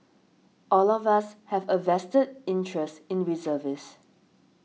all of us have a vested interest in reservist